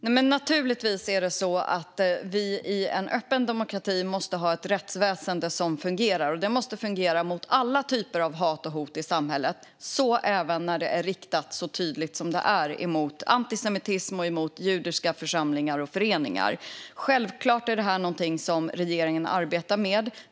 Herr talman! Naturligtvis är det så att man i en öppen demokrati måste ha ett rättsväsen som fungerar. Det måste fungera mot alla typer av hat och hot i samhället, även när de är så tydligt antisemitiska och riktade mot judiska församlingar och föreningar. Självklart är det här någonting som regeringen arbetar med.